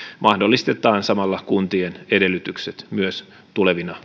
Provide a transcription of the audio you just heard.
mahdollistettaisiin samalla kuntien edellytykset myös tulevina